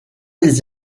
les